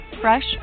Fresh